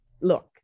look